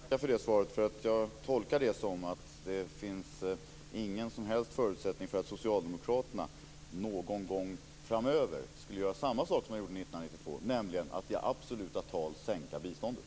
Fru talman! Jag tackar för det svaret. Jag tolkar det som att det inte finns någon som helst förutsättning för att Socialdemokraterna någon gång framöver skulle göra samma sak som man gjorde 1992, nämligen att i absoluta tal sänka biståndet.